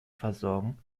versorgen